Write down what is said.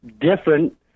different